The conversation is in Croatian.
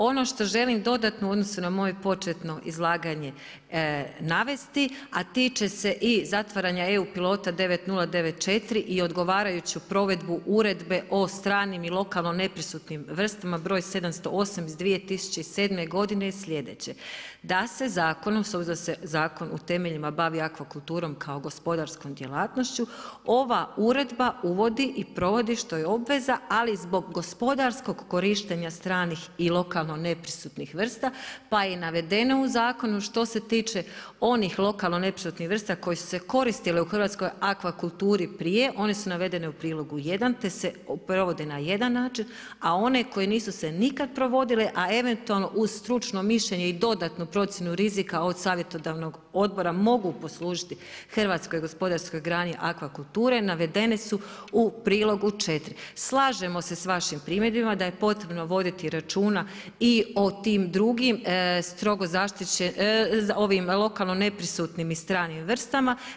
Ono što želim dodatno u odnosu na moje početno izlaganje navesti, a tiče se i zatvaranja eu pilota 9094 i odgovarajuću provedbu Uredbe o stranim i lokalno neprisutnim vrstama br. 708/2007 godine je sljedeće, da se zakonom s obzirom da se zakon u temeljima bavi akvakulturom kao gospodarskom djelatnošću, ova uredba uvodi i provodi što je obveza, ali zbog gospodarskog korištenja stranih i lokalno neprisutnih vrsta pa je navedeno u zakonu što se tiče onih lokalno neprisutnih vrsta koje su se koristile u hrvatskoj akvakulturi prije, one su navedene u prilogu 1, te se provode na jedan način, a one koje nisu se nikada provodile, a eventualno uz stručno mišljenje i dodatnu procjenu rizika od savjetodavnog odbora mogu poslužiti hrvatskoj gospodarskoj grani akvakulture navedene su u prilogu 4. Slažemo se s vašim primjedbama da je potrebno voditi računa i o tim drugim lokalno neprisutnim i stranim vrstama.